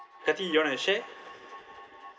kathi you want to share